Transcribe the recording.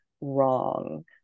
wrong